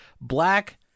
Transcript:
black